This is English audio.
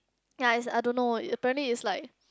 ya is I don't know apparently is like